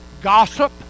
gossip